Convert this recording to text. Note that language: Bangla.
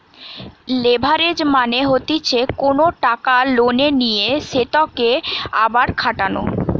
লেভারেজ মানে হতিছে কোনো টাকা লোনে নিয়ে সেতকে আবার খাটানো